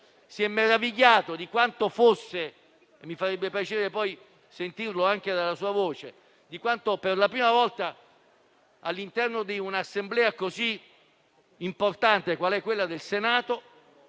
n'è meravigliato (e mi farebbe piacere poi sentire anche la sua voce) - quanto, per la prima volta all'interno di un'Assemblea così importante quale quella del Senato,